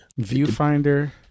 Viewfinder